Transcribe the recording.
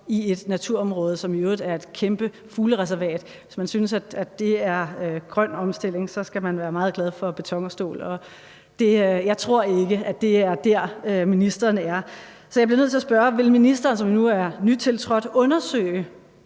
i et naturområde, som i øvrigt er et kæmpe fuglereservat, er grøn omstilling. Jeg tror ikke, at det er der, ministeren er. Så jeg bliver nødt til at spørge: Vil ministeren, som nu er en nytiltrådt, undersøge